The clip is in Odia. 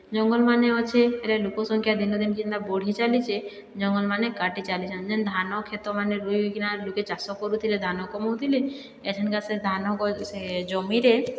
ଜଙ୍ଗଲମାନେ ଅଛେ ଇଆଡ଼େ ଲୋକ ସଂଖ୍ୟା ଦିନେ ଦିନେ କେନ୍ତା ବଢ଼ି ଚାଲିଛେ ଜଙ୍ଗଲମାନେ କାଟି ଚାଲିଛନ୍ତି ଯେନ୍ ଧାନ କ୍ଷେତମାନେ ରୁଇକିନା ଲୁକେ ଚାଷ କରୁଥିଲେ ଧାନ କମଉ ଥିଲେଏଥନକା ସେ ଧାନସେ ଜମିରେ